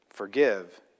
forgive